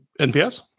NPS